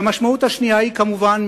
והמשמעות השנייה היא כמובן,